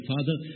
Father